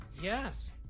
yes